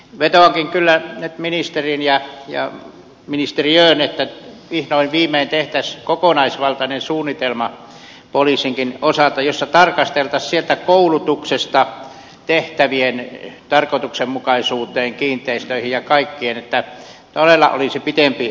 vetoankin kyllä nyt ministeriin ja ministeriöön että vihdoin viimein tehtäisiin kokonaisvaltainen suunnitelma poliisinkin osalta jossa tarkasteltaisiin sieltä koulutuksesta tehtävien tarkoituksenmukaisuuteen kiinteistöihin ja kaikkeen liittyen että todella olisi pitempiaikainen kestävyys